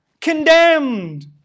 condemned